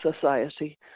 society